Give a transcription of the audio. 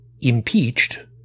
impeached